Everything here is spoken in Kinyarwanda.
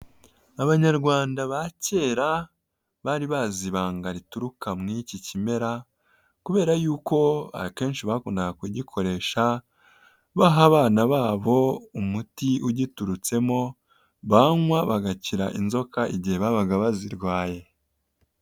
Abanyarwanda ba kera bari bazi ibanga rituruka mu iki kimera, kubera y'uko akenshi bakundaga kugikoresha baha abana babo umuti ugiturutsemo, banywa bagakira inzoka igihe babaga bazirwaye.